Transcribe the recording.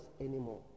anymore